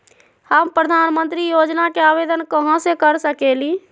हम प्रधानमंत्री योजना के आवेदन कहा से कर सकेली?